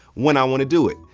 when i want to do it.